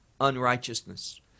unrighteousness